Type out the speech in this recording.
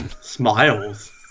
smiles